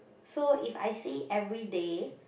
so if I see everyday